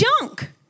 junk